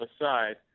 aside